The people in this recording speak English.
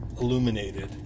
illuminated